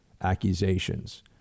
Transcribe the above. accusations